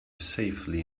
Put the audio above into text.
safely